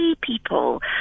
people